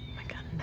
my god,